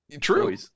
True